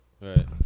Right